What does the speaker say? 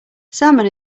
salmon